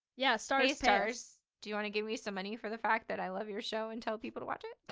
yeah sorry. starz do you want to give me some money for the fact that i love your show and tell people to watch it?